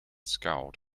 scowled